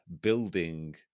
building